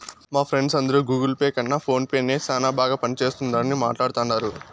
మా ఫ్రెండ్స్ అందరు Google Pay కన్న ఫోన్ పే నే సేనా బాగా పనిచేస్తుండాదని మాట్లాడతాండారు